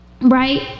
Right